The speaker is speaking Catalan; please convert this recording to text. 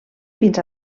fins